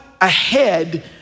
ahead